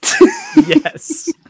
Yes